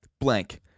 blank